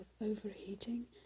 overheating